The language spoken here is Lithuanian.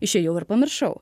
išėjau ir pamiršau